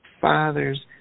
father's